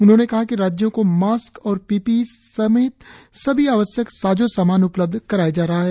उन्होंने कहा कि राज्यों को मास्क और पीपीई समेत सभी आवश्यक साजो सामान उपलब्ध कराया जा रहा है